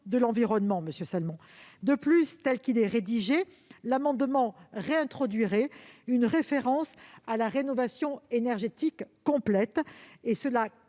de l'environnement, monsieur Salmon. De plus, tel qu'il est rédigé, l'amendement tend à réintroduire une référence à la rénovation énergétique complète, ce